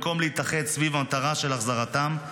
במקום להתאחד סביב המטרה של החזרתם,